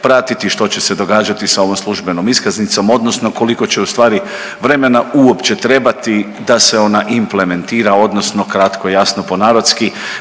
pratiti što će se događati sa ovom službenom iskaznicom odnosno koliko će ustvari vremena uopće trebati da se ona implementira odnosno kratko jasno po narodski